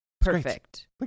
perfect